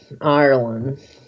Ireland